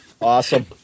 Awesome